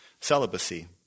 celibacy